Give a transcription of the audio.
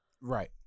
Right